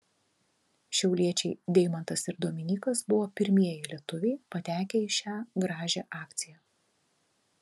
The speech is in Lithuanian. šiauliečiai deimantas ir dominykas buvo pirmieji lietuviai patekę į šią gražią akciją